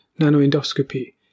nanoendoscopy